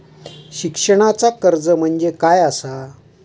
शिक्षणाचा कर्ज म्हणजे काय असा?